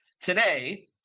Today